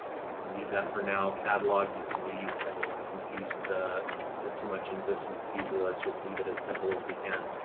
and you can leave that for now catalog. you can leave. i don't want to confuse a put too much into this and confuse you. let's just leave it as simple as we can.